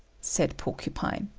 said porcupine.